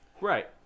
Right